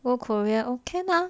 go korea okay lah